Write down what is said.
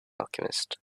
alchemist